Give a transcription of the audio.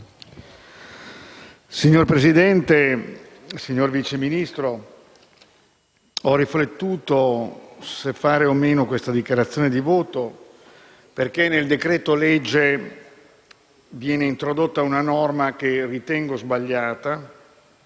Signora Presidente, signor vice Ministro, ho riflettuto se fare o no questa dichiarazione di voto, perché nel decreto‑legge in esame viene introdotta una norma che ritengo sbagliata